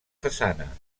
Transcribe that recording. façana